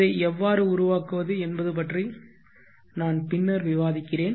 இதை எவ்வாறு உருவாக்குவது என்பது பற்றி நான் பின்னர் விவாதிக்கிறேன்